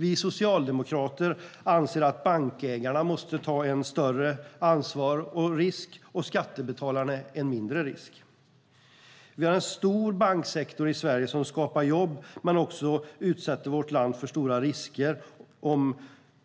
Vi socialdemokrater anser att bankägarna måste ta ett större ansvar och en större risk och skattebetalarna en mindre risk. Vi har en stor banksektor i Sverige som skapar jobb men också utsätter vårt land för stora risker,